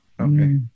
Okay